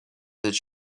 that